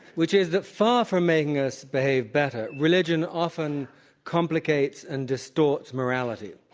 which is that far from making us behave better, religion often complicates and distorts morality.